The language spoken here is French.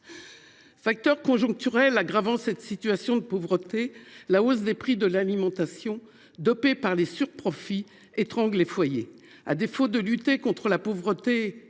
Facteur conjoncturel aggravant cette situation de pauvreté, la hausse des prix de l’alimentation, dopée par les surprofits, étrangle les foyers précaires. À défaut de lutter contre la pauvreté